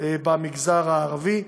במגזר הערבי,